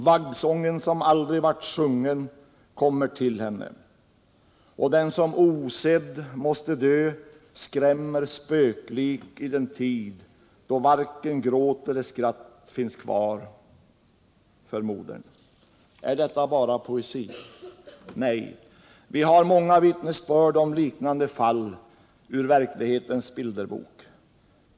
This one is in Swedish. Vaggsången som aldrig vart sjungen kommer till henne, och den som ”osedd måste dö” skrämmer spöklik i den tid då varken gråt eller skratt finns kvar Är detta bara poesi? Nej! Vi har många vittnesbörd om liknande fall ur verklighetens bilderbok.